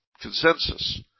consensus